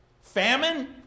famine